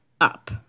up